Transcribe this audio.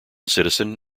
citizen